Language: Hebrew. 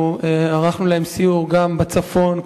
ערכנו להם סיור גם בצפון,